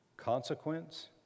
Consequence